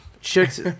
chicks